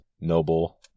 noble